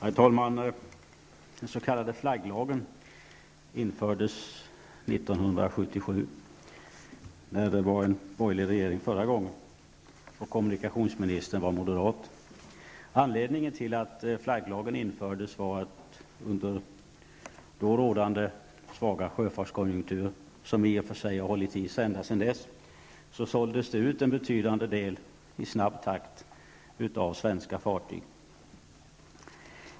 Herr talman! Den s.k. flagglagen infördes 1977, när det var en borgerlig regering förra gången och kommunikationsministern var moderat. Anledningen till att flagglagen infördes var att under då rådande svaga sjöfartskonjunkturer, som i och för sig har hållit i sig ända sedan dess, såldes det ut i snabb takt ett betydande antal svenska fartyg.